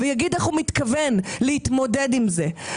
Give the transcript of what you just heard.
ויגיד איך הוא מתכוון להתמודד עם זה,